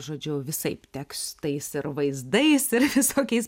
žodžiu visaip tekstais ir vaizdais ir visokiais